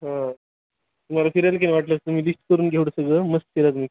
हां तुम्हाला फिरायला की वाटलंच तुम्ही लिस्ट करून घेऊन सगळं मस्त फिरा तुम्ही